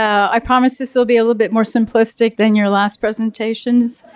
i promise this will be a little bit more simplistic than your last presentations.